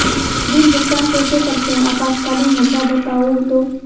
Bill भुगतान कैसे करते हैं आपातकालीन हमरा बताओ तो?